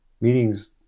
meetings